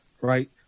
right